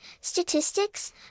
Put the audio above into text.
Statistics